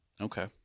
Okay